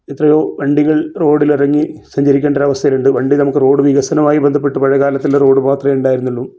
ഇത്രയോ വണ്ടികൾ റോഡിലിറങ്ങി സഞ്ചരിയ്ക്കുണ്ടൊരവസ്ഥ വരുന്നുണ്ട് വണ്ടി നമുക്ക് റോഡ് വികസനായി ബന്ധപ്പെട്ട് പഴയകാലത്തില് റോഡ് മാത്രമേ ഉണ്ടായിരുന്നുള്ളു